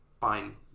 Fine